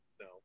No